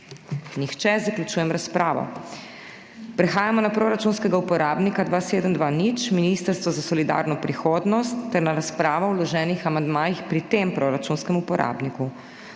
Nihče. Zaključujem razpravo. Prehajamo na proračunskega uporabnika 2720 Ministrstvo za solidarno prihodnost ter na razpravo o vloženih amandmajih pri tem proračunskem uporabniku.